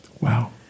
Wow